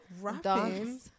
rapping